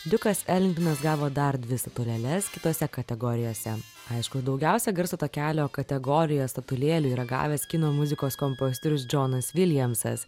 liukas eldinas gavo dar dvi statulėles kitose kategorijose aišku daugiausia garso takelio kategorijoje statulėlių yra gavęs kino muzikos kompozitorius džonas viljamsas